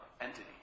entity